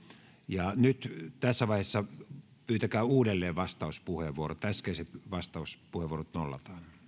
ja nyt tässä vaiheessa pyytäkää uudelleen vastauspuheenvuorot äskeiset vastauspuheenvuorot